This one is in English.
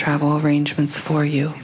travel arrangements for you